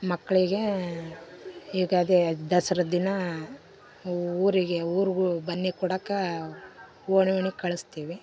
ಮಕ್ಕಳಿಗೇ ಯುಗಾದಿ ದಸ್ರಾದ ದಿನ ಊರಿಗೆ ಊರಿಗು ಬನ್ನಿ ಕೊಡೋಕೆ ಓಣಿಓಣಿಗೆ ಕಳಿಸ್ತೀವಿ